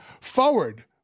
forward